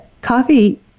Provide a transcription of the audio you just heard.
Coffee